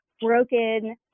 broken